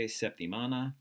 septimana